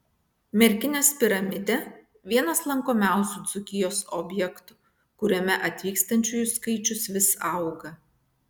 merkinės piramidė vienas lankomiausių dzūkijos objektų kuriame atvykstančių skaičius vis auga